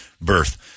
birth